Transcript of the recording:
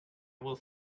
will